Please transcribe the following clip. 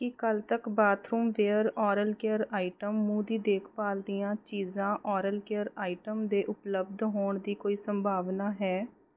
ਕੀ ਕੱਲ੍ਹ ਤੱਕ bathroom ware oral care item ਮੂੰਹ ਦੀ ਦੇਖਭਾਲ ਦੀਆਂ ਚੀਜ਼ਾਂ ਓਰਲ ਕੇਅਰ ਆਇਟਮ ਦੇ ਉਪਲੱਬਧ ਹੋਣ ਦੀ ਕੋਈ ਸੰਭਾਵਨਾ ਹੈ